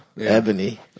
ebony